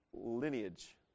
lineage